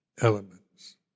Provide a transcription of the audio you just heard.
elements